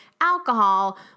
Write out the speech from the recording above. alcohol